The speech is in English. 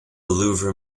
louvre